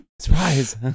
Surprise